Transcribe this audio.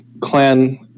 Clan